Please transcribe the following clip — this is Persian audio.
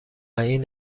این